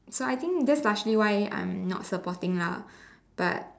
so I think that's largely why I'm not supporting lah but